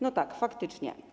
No tak, faktycznie.